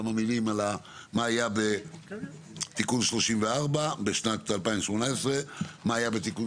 אולי יאמר כמה מילים על מה היה בתיקון 34 בשנת 2018 ומה היה בתיקון